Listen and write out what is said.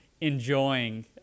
enjoying